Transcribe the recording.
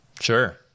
sure